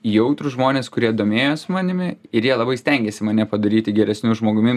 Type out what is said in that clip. jautrūs žmonės kurie domėjos manimi ir jie labai stengėsi mane padaryti geresniu žmogumi